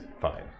fine